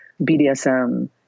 BDSM